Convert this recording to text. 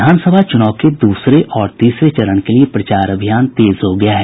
विधानसभा चुनाव के दूसरे और तीसरे चरण के लिये प्रचार अभियान तेज हो गया है